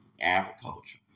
agriculture